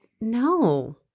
No